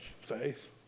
faith